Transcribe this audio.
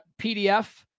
PDF